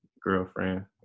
Girlfriend